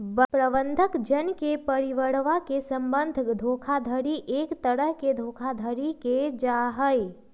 बंधक जन के परिवरवा से बंधक धोखाधडी एक तरह के धोखाधडी के जाहई